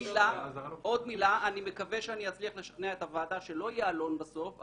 אני מקווה שאצליח לשכנע את הוועדה שלא יהיה עלון בסוף,